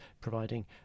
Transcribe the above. providing